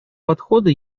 подхода